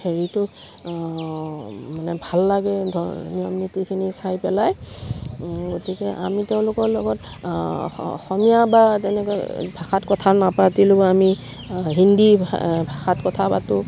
হেৰিটো মানে ভাল লাগে ধ নিয়ম নীতিখিনি চাই পেলাই গতিকে আমি তেওঁলোকৰ লগত অসমীয়া বা তেনেকৈ ভাষাত কথা নাপাতিলোঁ আমি হিন্দী ভা ভাষাত কথা পাতোঁ